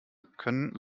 können